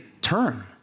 turn